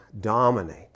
dominate